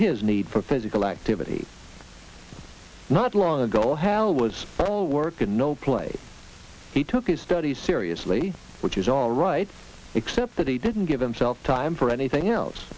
his need for physical activity not long ago how was the work and no play he took his studies seriously which is all right except that he didn't give himself time for anything else